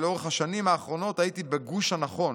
ולאורך השנים האחרונות הייתי בגוש הנכון.